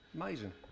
Amazing